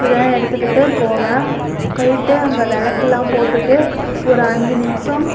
இதெல்லாம் எடுத்துக்கிட்டு போவேன் போயிட்டு அங்கே விளக்கலாம் போட்டுட்டு ஒரு அஞ்சு நிமிடம்